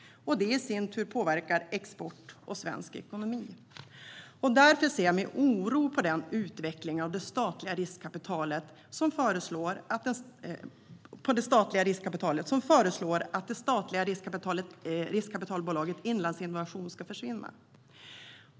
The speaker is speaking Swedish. Det påverkar i sin tur export och svensk ekonomi. Därför ser jag med oro på den utredning av det statliga riskkapitalet som föreslår att det statliga riskkapitalbolaget Inlandsinnovation ska försvinna.